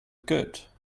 good